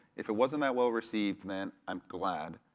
if it wasn't that well received, then i'm glad,